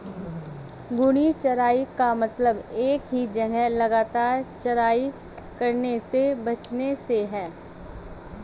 घूर्णी चराई का मतलब एक ही जगह लगातार चराई करने से बचने से है